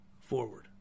forward